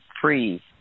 free